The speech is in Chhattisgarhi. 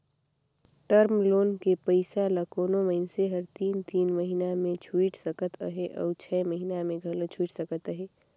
टर्म लोन के पइसा ल कोनो मइनसे हर तीन तीन महिना में छुइट सकत अहे अउ छै महिना में घलो छुइट सकत अहे